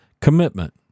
Commitment